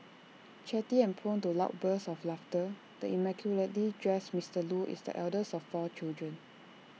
chatty and prone to loud bursts of laughter the immaculately dressed Mister Loo is the eldest of four children